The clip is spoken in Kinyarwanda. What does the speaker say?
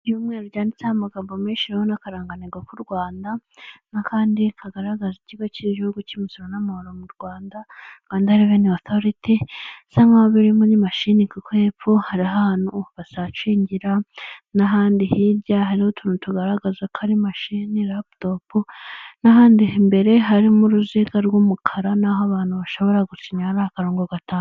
ibyumweru byanditseho amagambo menshi hariho n'akarangantego k'u rwanda n'akandi kagaragaza ikigo cy'igihugu cy'imisoro n'amahoro mu rwanda; rwanda reveni otoriti bisa nkaho birimo mashini kuko y'epfo hari ahantu basacingira n'ahandi hirya hariho utuntu tugaragaza ko ari mashini raputipu n'ahandi mbere harimo uruziga rw'umukara naho abantu bashobora gusinya hari akarongo gatambitse.